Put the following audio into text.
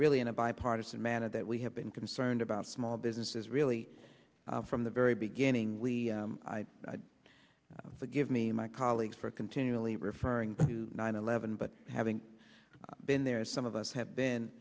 really in a bipartisan manner that we have been concerned about small businesses really from the very beginning we forgive me my colleagues for continually referring to nine eleven but having been there is some of us have been